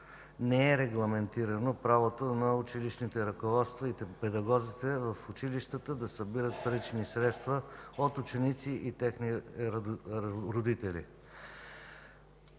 не е регламентирано правото на училищните ръководства и педагозите в училищата да събират парични средства от ученици и техните родители.